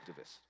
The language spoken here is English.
activists